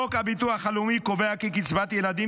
חוק הביטוח הלאומי קובע כי קצבת ילדים